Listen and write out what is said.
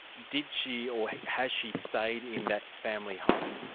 did she, or has she stayed in that family home?